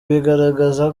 bigaragaza